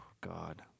God